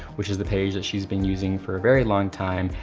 which is the page that she's been using for a very long time,